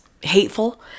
hateful